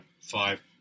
five